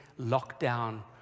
lockdown